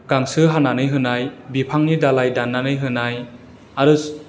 गांसो हानानै होनाय बिफांनि दालाइ दाननानै होनाय आरो